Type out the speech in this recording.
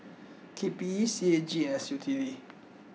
K P E C A G and S U T D